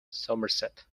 somerset